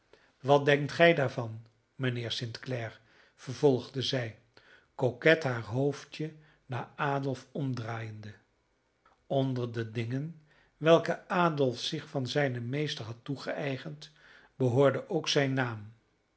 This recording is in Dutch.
wat denkt gij daarvan mijnheer st clare vervolgde zij coquet haar hoofdje naar adolf omdraaiende onder de dingen welke adolf zich van zijnen meester had toegeëigend behoorde ook zijn naam